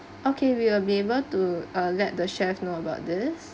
okay we are be able to uh let the chef know about this